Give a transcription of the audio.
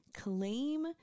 claim